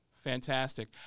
Fantastic